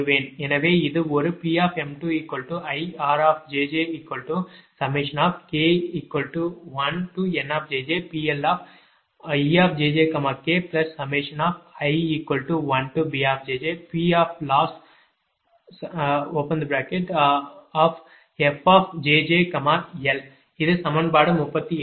எனவே இது ஒருPm2IRjjk1NPLejjkl1BPLossfjjl இது சமன்பாடு 38